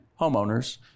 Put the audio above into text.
homeowners